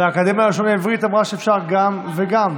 והאקדמיה ללשון העברית אמרה שאפשר גם וגם,